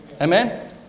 Amen